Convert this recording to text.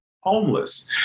homeless